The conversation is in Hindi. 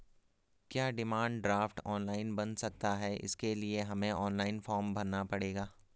क्या डिमांड ड्राफ्ट ऑनलाइन बन सकता है इसके लिए हमें ऑनलाइन फॉर्म भरना पड़ेगा?